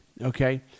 okay